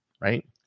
right